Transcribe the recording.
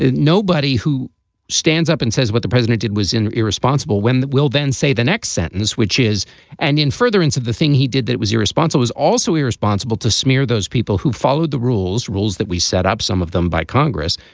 ah nobody who stands up and says what the president did was irresponsible when they will then say the next sentence, which is and in furtherance of the thing he did, that was your response was also irresponsible to smear those people who followed the rules, rules that we set up, some of them by congress,